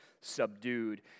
subdued